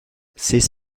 ces